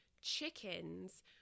chickens